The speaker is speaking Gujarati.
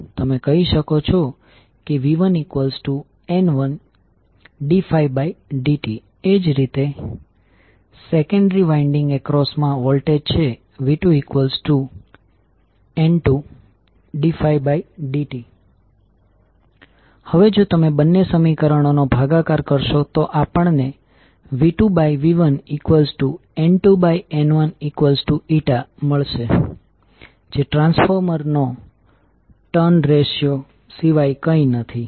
તમે કહી શકો છો કે v1N1ddt એ જ રીતે સેકન્ડરી વાઇન્ડીંગ એક્રોસ્મા વોલ્ટેજ છે v2N2ddt હવે જો તમે બંને સમીકરણોનો ભાગાકાર કરશો તો આપણને v2v1N2N1n મળશે જે ટ્રાન્સફોર્મર નો ટર્ન રેશિયો સિવાય કંઈ નથી